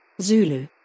Zulu